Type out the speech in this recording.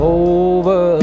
over